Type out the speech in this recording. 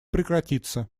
прекратиться